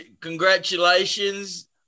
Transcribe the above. congratulations